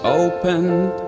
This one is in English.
opened